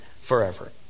forever